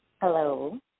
Hello